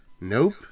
nope